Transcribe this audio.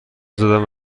زدند